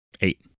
eight